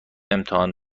امتحان